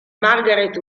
margaret